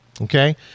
okay